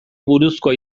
buruzko